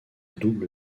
double